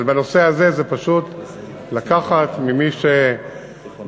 אבל בנושא הזה זה פשוט לקחת ממי שהייתי